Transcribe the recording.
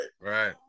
right